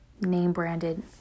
name-branded